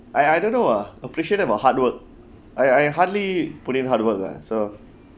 I I don't know ah appreciated about hard work I I hardly put in hard work ah so